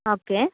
okay